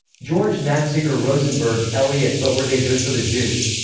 george nafziger rosenberg, elliot but were they good for the jews?